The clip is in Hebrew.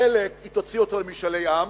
בחלק היא תוציא אותו למשאלי עם,